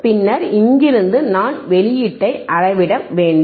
பின்னர் இங்கிருந்து நான் வெளியீட்டை அளவிட வேண்டும்